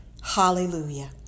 Hallelujah